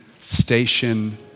station